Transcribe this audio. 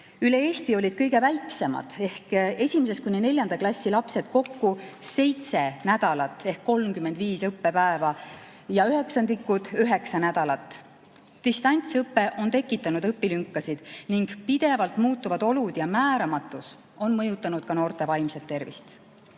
Üle Eesti olid kõige väiksemad ehk 1.–4. klassi lapsed [distantsõppel] kokku seitse nädalat ehk 35 õppepäeva ja 9. klassi õpilased üheksa nädalat. Distantsõpe on tekitanud õpilünkasid ning pidevalt muutuvad olud ja määramatus on mõjutanud ka noorte vaimset tervist.